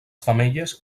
femelles